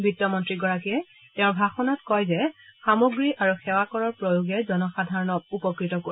বিত্তমন্ত্ৰীগৰাকীয়ে তেওঁৰ ভাষণত কয় যে সামগ্ৰী আৰু সেৱা কৰৰ প্ৰয়োগে জনসাধাৰণক উপকৃত কৰিব